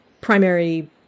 primary